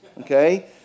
okay